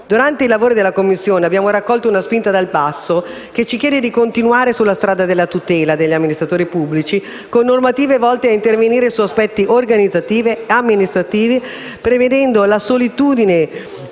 Durante i lavori della Commissione abbiamo raccolto una spinta dal basso, che ci chiede di continuare sulla strada della tutela degli amministratori pubblici, con normative volte a intervenire su aspetti organizzativi e amministrativi, prevenendo la solitudine